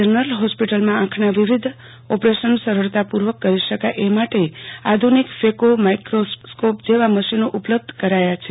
general હોસ્પિટલમાં આંખના વિવિધ ઓપરશન સરળતાપૂર્વક કરી શકાય અ માટે આધુનિક ફેકો માઈકોસ્કોપ જેવા મશીનો ઉપલબ્ધ કરાયા છે